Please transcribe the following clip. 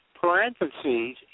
parentheses